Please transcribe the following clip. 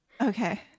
Okay